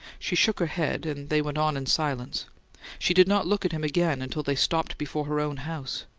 she shook her head, and they went on in silence she did not look at him again until they stopped before her own house.